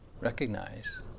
recognize